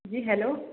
जी hello